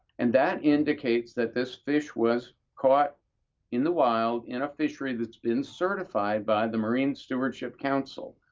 and that indicates that this fish was caught in the wild in a fishery that's been certified by the marine stewardship council.